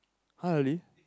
!huh! really